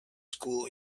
school